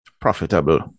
profitable